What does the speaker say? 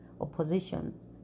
oppositions